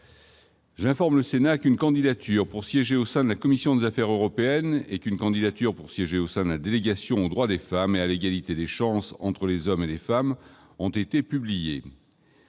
J'informe le Sénat qu'une candidature pour siéger au sein de la commission des affaires européennes et qu'une candidature pour siéger au sein de la délégation aux droits des femmes et à l'égalité des chances entre les hommes et les femmes ont été publiées.